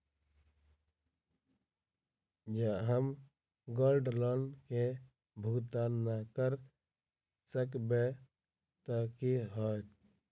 जँ हम gold loan केँ भुगतान न करऽ सकबै तऽ की होत?